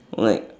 like